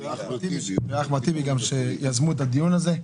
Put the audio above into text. ואחמד טיבי גם שיזמו את הדיון הזה.